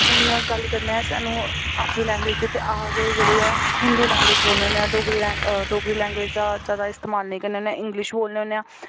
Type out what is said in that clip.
हून गल्ल करने आं सानूं अपनी लैंग्वेज़ दी ते अस गै जेह्ड़ी ऐ हिंदी लैंग्वेज़ बोलने होने आं डोगरी डोगरी लैंगवेज़ दा जादा इस्तेमाल नेईं करने होने आं इंग्लिश बोलने होने आं